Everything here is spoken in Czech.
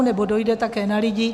Nebo dojde také na lidi?